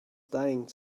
dying